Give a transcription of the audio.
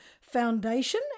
Foundation